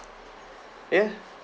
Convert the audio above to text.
yeah